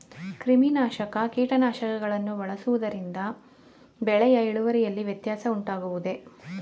ಕ್ರಿಮಿನಾಶಕ ಕೀಟನಾಶಕಗಳನ್ನು ಬಳಸುವುದರಿಂದ ಬೆಳೆಯ ಇಳುವರಿಯಲ್ಲಿ ವ್ಯತ್ಯಾಸ ಉಂಟಾಗುವುದೇ?